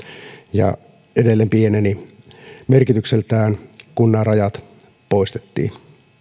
ja se edelleen pieneni merkitykseltään kun nämä rajat poistettiin